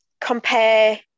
compare